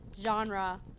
genre